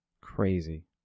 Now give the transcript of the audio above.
Crazy